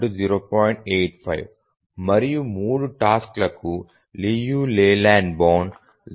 85 మరియు 3 టాస్క్ లకు Liu Layland bound 0